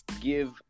give